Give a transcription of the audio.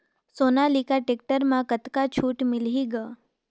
Sonalika tractor म कतका छूट मिलही ग?